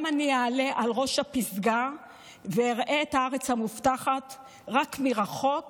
גם אני אעלה על ראש הפסגה ואראה את הארץ המובטחת רק מרחוק,